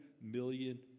million